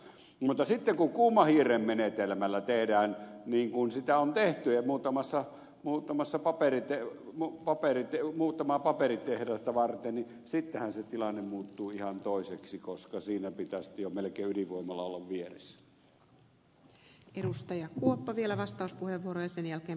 mutta sitten kun kuumahierremenetelmällä tehdään niin kuin sitä on tehty muutamassa muutamassa paperit ja muu paperityö muutamaa paperitehdasta varten niin sittenhän se tilanne muuttuu ihan toiseksi koska siinä pitää sitten jo melkein ydinvoimala olla vieressä